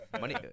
Money